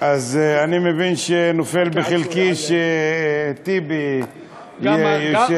אני מבין שנופל בחלקי שטיבי ישב,